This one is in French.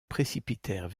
précipitèrent